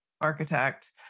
architect